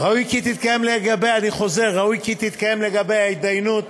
אני חוזר, ראוי כי תתקיים לגביה התדיינות